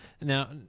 Now